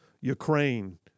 Ukraine